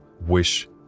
wish